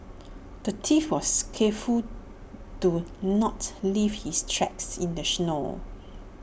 the thief was careful to not leave his tracks in the snow